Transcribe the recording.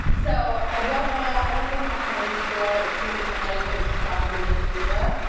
so, i don't know i don't think i have any skill. it could have been the height, but it was probably the tequila